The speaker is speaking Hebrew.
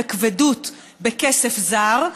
בכבדות בכסף זר,